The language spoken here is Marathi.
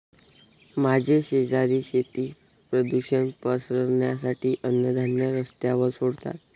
माझे शेजारी शेती प्रदूषण पसरवण्यासाठी अन्नधान्य रस्त्यावर सोडतात